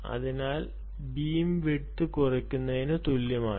അതിനാൽ ഇത് beam width കുറയ്ക്കുന്നതിന് തുല്യമാണ്